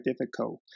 difficult